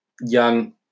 young